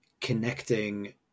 connecting